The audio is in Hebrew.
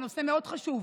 זה נושא חשוב מאוד,